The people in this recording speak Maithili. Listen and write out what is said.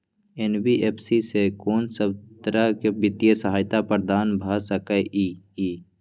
एन.बी.एफ.सी स कोन सब तरह के वित्तीय सहायता प्रदान भ सके इ? इ